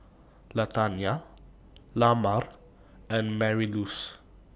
Latanya Lamar and Marylouise